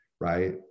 right